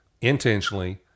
intentionally